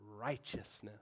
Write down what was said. righteousness